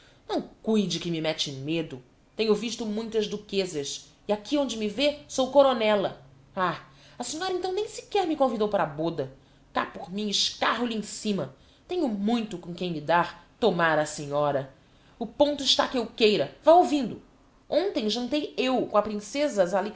não cuide que me mete mêdo tenho visto muitas duquêsas e aqui onde me vê sou coronela ah a senhora então nem sequer me convidou para a bôda cá por mim escarro lhe em cima tenho muito com quem me dar tomára a senhora o ponto está que eu queira vá ouvindo hontem jantei eu com a princesa